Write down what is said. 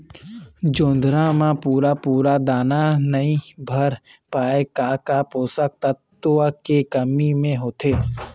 जोंधरा म पूरा पूरा दाना नई भर पाए का का पोषक तत्व के कमी मे होथे?